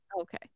Okay